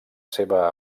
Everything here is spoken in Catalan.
seva